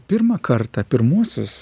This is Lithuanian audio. pirmą kartą pirmuosius